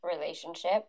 relationship